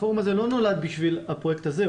הפורום הזה לא נולד בשביל הפרויקט הזה,